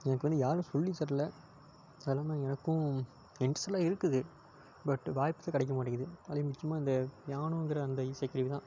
எனக்கு வந்து யாருமே சொல்லித்தரல அது இல்லாமல் எனக்கும் இன்ட்ரஸ்ட் எல்லாம் இருக்குது பட்டு வாய்ப்பு தான் கிடைக்க மாட்டேங்கிது அதுலேயும் முக்கியமாக இந்த பியானோங்கிற அந்த இசைக்கருவி தான்